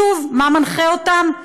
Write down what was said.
שוב, מה מנחה אותם?